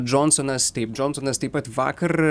džonsonas taip džonsonas taip pat vakar